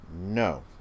No